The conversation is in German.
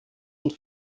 und